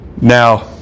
Now